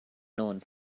known